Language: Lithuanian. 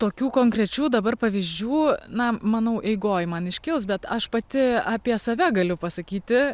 tokių konkrečių dabar pavyzdžių na manau eigoj man iškils bet aš pati apie save galiu pasakyti